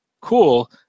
cool